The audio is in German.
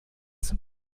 zum